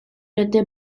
était